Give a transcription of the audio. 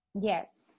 Yes